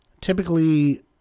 Typically